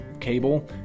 cable